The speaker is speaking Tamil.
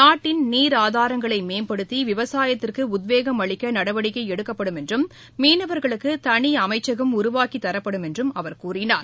நாட்டின் நீராதாரங்களைமேம்படுத்தி விவசாயத்திற்குஉத்வேகம் அளிக்கநடவடிக்கைஎடுக்கப்படும் என்றும் மீனவர்களுக்குதனிஅமைச்சகம் உருவாக்கித் தரப்படும் என்றும் அவர் கூறினார்